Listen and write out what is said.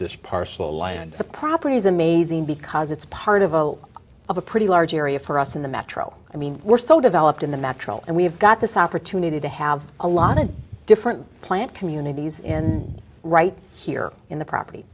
this parcel land the property is amazing because it's part of all of a pretty large area for us in the metro i mean we're so developed in the metro and we've got this opportunity to have a lot of different plant communities in right here in the property